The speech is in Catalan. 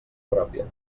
pròpia